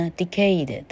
，decayed